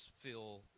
feel